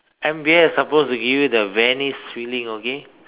M_B_S is supposed to give you the Venice feeling okay